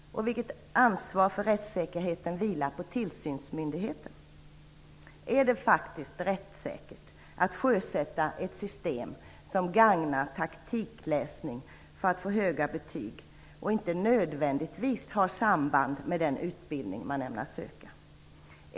Vilket ansvar för rättssäkerheten vilar på tillsynsmyndigheten? Är det verkligen rättssäkert att sjösätta ett system som gagnar taktikläsning för att få höga betyg och som inte nödvändigtvis har ett samband med den utbildning som man ämnar söka till?